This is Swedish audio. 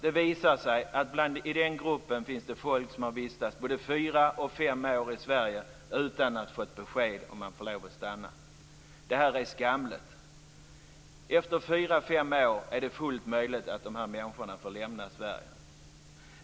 Det visade sig att det i den gruppen fanns folk som har vistats både fyra och fem år i Sverige utan att få besked om de får stanna. Det är skamligt. Efter fyra eller fem år är det fullt möjligt att dessa människor får lämna Sverige.